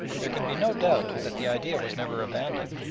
there can be no doubt that the idea was never abandoned.